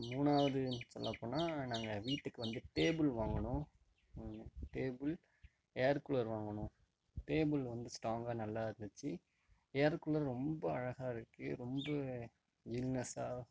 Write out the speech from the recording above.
மூணாவது சொல்லப்போனா நாங்கள் வீட்டுக்கு வந்து டேபுள் வாங்கினோம் வாங்கினோ டேபுள் ஏர்கூலர் வாங்கினோம் டேபுள் வந்து ஸ்டாங்காக நல்லாயிருந்துச்சு ஏர்கூலர் ரொம்ப அழகாக இருக்கு ரொம்ப ஜில்னஸ்ஸாக